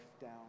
down